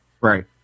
Right